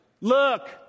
look